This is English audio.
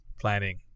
planning